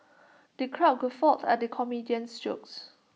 the crowd guffawed at the comedian's jokes